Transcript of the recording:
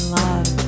love